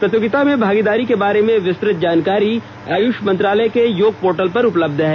प्रतियोगिता में भागीदारी के बारे में विस्तृत जानकारी आयुष मंत्रालय के योग पोर्टल पर उपलब्ध है